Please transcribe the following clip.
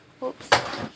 !oops!